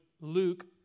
Luke